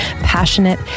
passionate